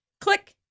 Click